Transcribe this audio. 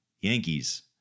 Yankees